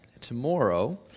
tomorrow